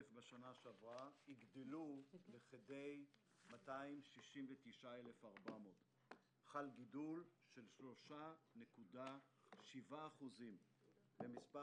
בשנה שעברה יגדלו לכדי 269,400. חל גידול של 3.7% במספר